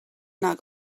nag